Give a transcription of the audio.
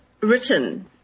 written